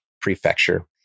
Prefecture